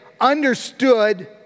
understood